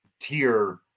tier